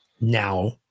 Now